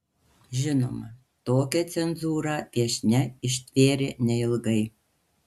žinoma tokią cenzūrą viešnia ištvėrė neilgai